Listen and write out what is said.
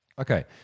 Okay